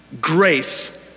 grace